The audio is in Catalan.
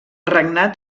regnat